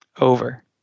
Over